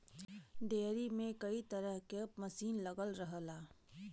dairy में कई तरे क मसीन लगल रहला